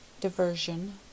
diversion